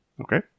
Okay